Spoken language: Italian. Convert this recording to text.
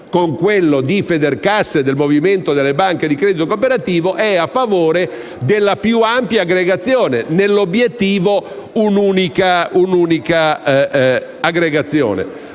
con quello di Federcasse e del movimento delle banche di credito cooperativo, è a favore della più ampia aggregazione, con l'obiettivo di un'unica aggregazione,